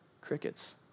Crickets